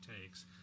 takes